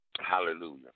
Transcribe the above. Hallelujah